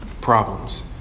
problems